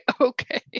Okay